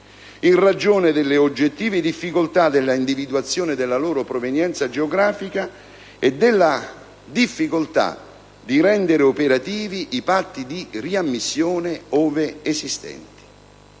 in ragione delle oggettive difficoltà dell'individuazione della loro provenienza geografica e della difficoltà di rendere operativi i patti di riammissione ove esistenti.